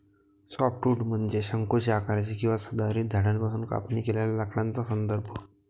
softwood म्हणजे शंकूच्या आकाराचे किंवा सदाहरित झाडांपासून कापणी केलेल्या लाकडाचा संदर्भ